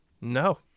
No